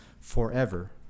forever